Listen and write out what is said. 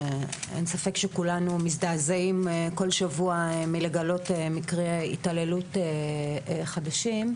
אין ספק שכולנו מזדעזעים כל שבוע מלגלות מקרה התעללות חדשים.